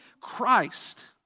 Christ